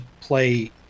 play